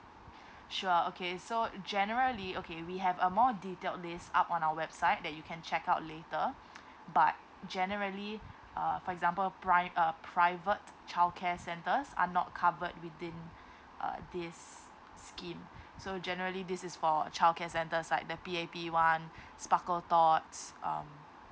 sure okay so generally okay we have a more detailed list up on our website that you can check out later but generally uh for example prim~ uh private childcare centres are not covered within uh this scheme so generally this is for childcare centres like the P_A_P one sparkletots um